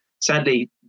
sadly